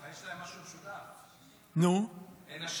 יש להם משהו משותף, אין נשים.